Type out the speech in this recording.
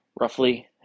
roughly